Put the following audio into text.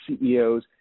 CEOs